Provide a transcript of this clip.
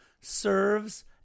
serves